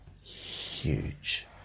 huge